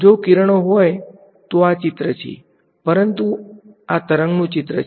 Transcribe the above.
જો કિરણો હોત તો આ ચિત્ર છે પણ આ તરંગનું ચિત્ર છે